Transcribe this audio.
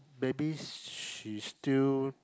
maybe she still